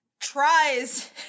tries